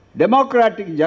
democratic